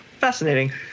Fascinating